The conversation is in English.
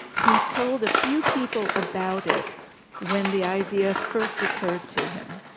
he told a few people about it when the idea first occurred to him,